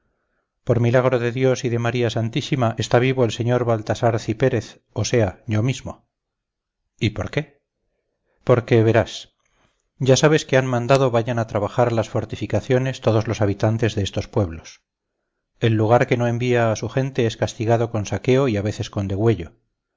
por milagro de dios y de maría santísima está vivo el señor baltasar cipérez o sea yo mismo y por qué porque verás ya sabes que han mandado vayan a trabajar a las fortificaciones todos los habitantes de estos pueblos el lugar que no envía a su gente es castigado con saqueo y a veces con